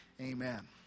amen